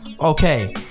Okay